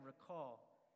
recall